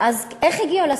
איך הגיעו לסטטיסטיקה?